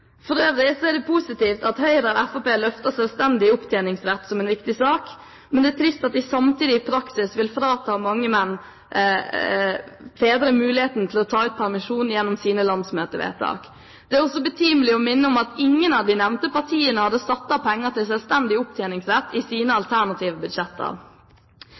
For øvrig er det positivt at Høyre og Fremskrittspartiet løfter selvstendig opptjeningsrett som en viktig sak. Men det er trist at de samtidig, gjennom sine landsmøtevedtak, i praksis vil frata mange fedre muligheten til å ta ut permisjon. Det er også betimelig å minne om at ingen av de nevnte partiene hadde satt av penger til selvstendig opptjeningsrett i sine alternative budsjetter.